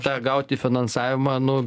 tą gauti finansavimą nu